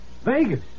Vegas